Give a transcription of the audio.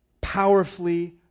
powerfully